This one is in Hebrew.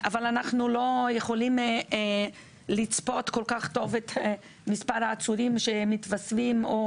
אבל אנחנו לא יכולים לצפות כל כך טוב את מספר העצורים שמתווספים או